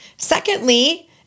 Secondly